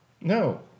No